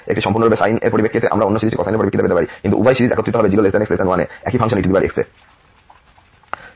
একটি সম্পূর্ণরূপে সাইন এর পরিপ্রেক্ষিতে আমরা অন্য সিরিজটি কোসাইনের পরিপ্রেক্ষিতে পেতে পারি কিন্তু উভয় সিরিজ একত্রিত হবে 0 x 1 এ একই ফাংশন ex এ